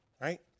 Right